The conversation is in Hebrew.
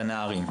לנערים.